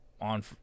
on –